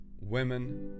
women